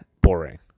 boring